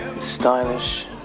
Stylish